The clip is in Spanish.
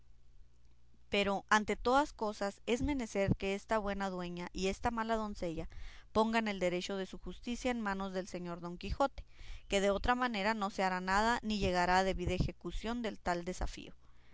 pero ante todas cosas es menester que esta buena dueña y esta mala doncella pongan el derecho de su justicia en manos del señor don quijote que de otra manera no se hará nada ni llegará a debida ejecución el tal desafío